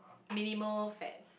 minimal fats